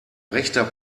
rechter